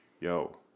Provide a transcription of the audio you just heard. yo